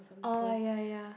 oh ya ya